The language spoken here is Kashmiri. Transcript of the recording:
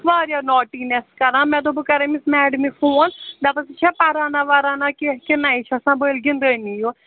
واریاہ نوٹی نٮ۪س کَران مےٚ دوٚپ کَررٕ أمِس میڈمہِ فون دپُس یہِ چھا پرانا وَرانا کینٛہہ کنہٕ نہ یہِ چھِ آسان بٔلۍ گِنٛدٲنی یو